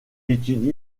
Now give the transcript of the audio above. étudie